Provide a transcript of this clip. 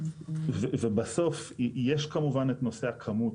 בסוף יש כמובן את נושא הכמות,